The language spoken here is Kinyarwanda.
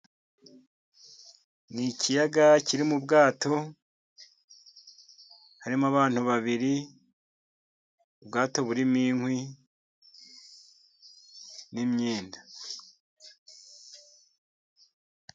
Niikiyaga kiri mu bwato harimo abantu babiri, ubwato burimo inkwi n'imyenda.